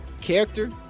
Character